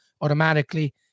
automatically